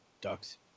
ducks